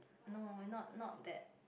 no not not that